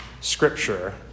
scripture